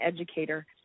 educator